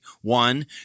One